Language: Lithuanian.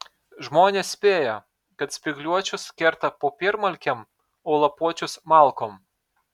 žmonės spėjo kad spygliuočius kerta popiermalkėm o lapuočius malkom